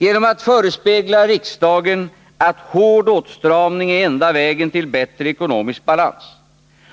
Genom att förespegla riksdagen att hård åtstramning är enda vägen till bättre ekonomisk balans